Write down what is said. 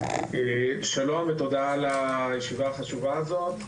שלום, ותודה על השיבה החשובה הזו.